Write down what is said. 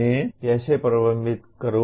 मैं कैसे प्रबंधित करूं